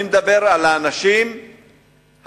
אני מדבר על האנשים הוותיקים,